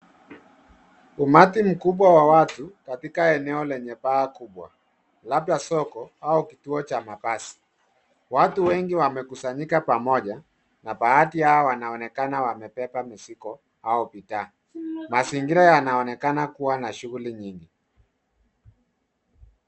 Umati mkubwa wa watu katika eneo lenye paa kubwa labda soko au kituo cha mabasi . Watu wengi wamekusanyika pamoja na baadhi yao wanaonekana wamebeba mzigo au bidhaa. Mazingira yanayooenekana kuwa na shughuli nyingi .